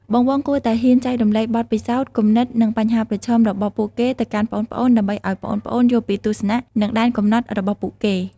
បងៗគួរតែហ៊ានចែករំលែកបទពិសោធន៍ គំនិត និងបញ្ហាប្រឈមរបស់ពួកគេទៅកាន់ប្អូនៗ ដើម្បីឱ្យប្អូនៗយល់ពីទស្សនៈ និងដែនកំណត់របស់ពួកគេ។